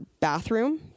bathroom